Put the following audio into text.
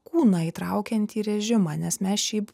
kūną įtraukiantį režimą nes mes šiaip